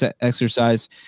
exercise